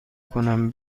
کنم